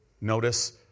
Notice